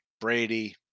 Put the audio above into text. Brady